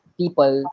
people